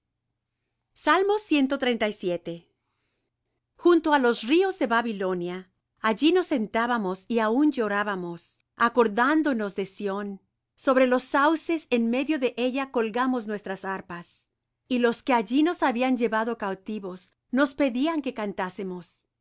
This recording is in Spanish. para siempre es su misericordia junto á los ríos de babilonia allí nos sentábamos y aun llorábamos acordándonos de sión sobre los sauces en medio de ella colgamos nuestras arpas y los que allí nos habían llevado cautivos nos pedían que